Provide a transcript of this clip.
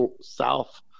south